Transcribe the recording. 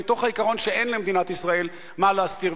מתוך העיקרון שאין למדינת ישראל מה להסתיר